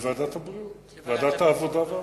להעביר לוועדת העבודה,